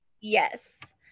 Yes